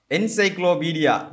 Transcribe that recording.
Encyclopedia